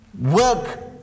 work